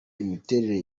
imiterere